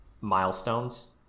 milestones